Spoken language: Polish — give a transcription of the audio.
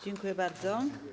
Dziękuję bardzo.